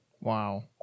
wow